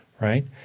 right